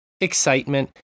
excitement